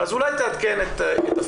אז אולי תעדכן את הפורום,